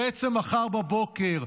ובעצם מחר בבוקר.